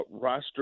roster